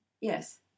yes